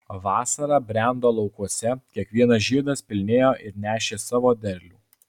vasara brendo laukuose kiekvienas žiedas pilnėjo ir nešė savo derlių